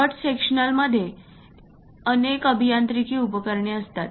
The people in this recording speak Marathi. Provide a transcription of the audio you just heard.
कट सेक्शनलमध्ये देखील अनेक अभियांत्रिकी उपकरणे असतात